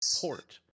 port